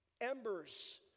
embers